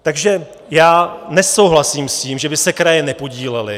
Takže já nesouhlasím s tím, že by se kraje nepodílely.